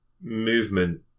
movement